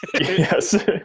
Yes